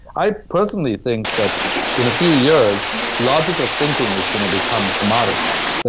i personally think that in a few years logical thinking is gonna become commoditized.